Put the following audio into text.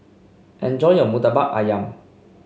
enjoy your murtabak ayam